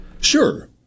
Sure